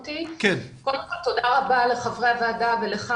קודם כל תודה רבה לחברי הוועדה ולך,